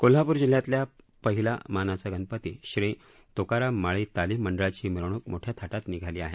कोल्हापूर जिल्ह्यातल्या पहिला मानाचा गणपती श्री तुकाराम माळी तालीम मंडळाची मिरवणुक मोठ्या थाटात निघाली आहे